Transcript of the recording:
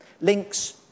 Link's